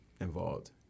involved